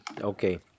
Okay